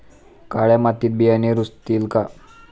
काळ्या मातीत बियाणे रुजतील का?